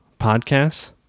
podcasts